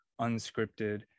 unscripted